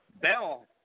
Bell